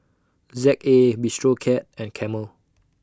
Z A Bistro Cat and Camel